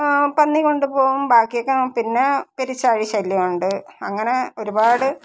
പന്നി കൊണ്ടുപോകും ബാക്കിയൊക്കെ പിന്നെ പെരിച്ചാഴി ശല്യമുണ്ട് അങ്ങനെ ഒരുപാട്